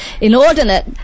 Inordinate